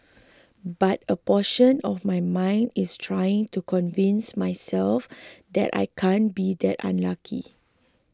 but a portion of my mind is trying to convince myself that I can't be that unlucky